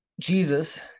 Jesus